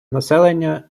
населення